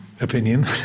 opinion